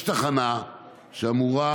יש תחנה שאמורה,